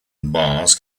bars